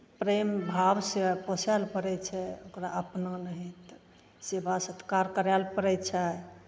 प्रेम भावसँ पोसय लए पड़ै छै ओकरा अपना नाहित सेवा सत्कार करय लए पड़ै छै